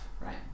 right